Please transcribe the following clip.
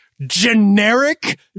generic